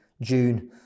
June